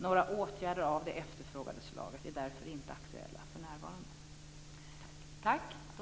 Några åtgärder av det efterfrågade slaget är därför inte aktuella för närvarande.